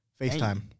Facetime